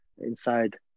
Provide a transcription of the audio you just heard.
inside